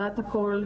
יודעת הכול,